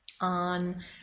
on